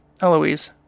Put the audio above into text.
Eloise